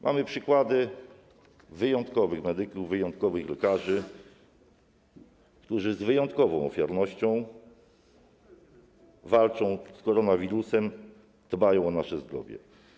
Mamy przykłady wyjątkowych medyków, wyjątkowych lekarzy, którzy z wyjątkową ofiarnością walczą z koronawirusem, dbają o nasze zdrowie.